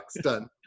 Done